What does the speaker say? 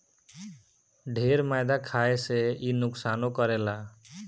ढेर मैदा खाए से इ नुकसानो करेला